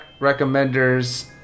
recommenders